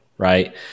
right